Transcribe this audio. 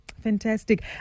fantastic